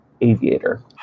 aviator